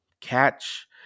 catch